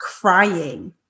crying